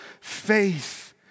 faith